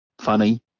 funny